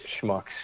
schmucks